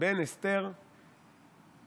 בין אסתר לאחשוורוש,